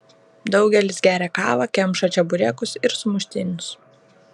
daugelis geria kavą kemša čeburekus ir sumuštinius